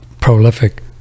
prolific